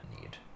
need